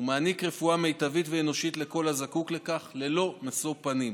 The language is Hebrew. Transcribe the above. ומעניק רפואה מיטבית ואנושית לכל הזקוק לכך ללא משוא פנים.